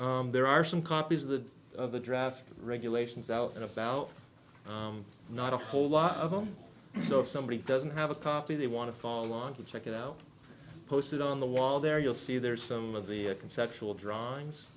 us there are some copies of the of the draft regulations out and about not a whole lot of them so if somebody doesn't have a copy they want to call on to check it out post it on the wall there you'll see there is some of the conceptual drawings